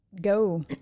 go